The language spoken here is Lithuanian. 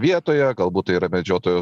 vietoje galbūt tai yra medžiotojo